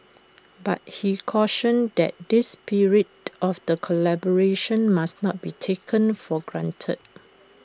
but he cautioned that this spirit of the collaboration must not be taken for granted